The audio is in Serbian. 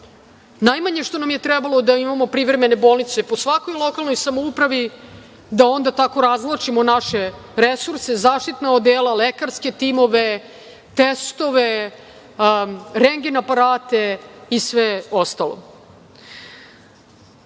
otvaraju. Najmanje što nam je trebalo, da imamo privremene bolnice po svakoj lokalnoj samoupravi, da onda tako razvlačimo naše resurse zaštitna odela, lekarske timove, testove, rendgen aparate i sve ostalo. Tokom